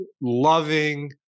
loving